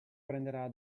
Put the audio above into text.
prenderà